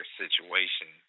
situation